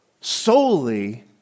solely